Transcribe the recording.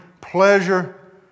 pleasure